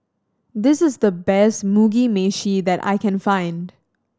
this is the best Mugi Meshi that I can find